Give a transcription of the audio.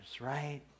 right